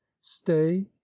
stay